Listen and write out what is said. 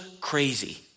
crazy